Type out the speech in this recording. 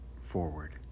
forward